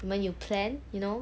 你们有 plan you know